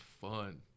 fun